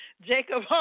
Jacob